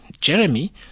jeremy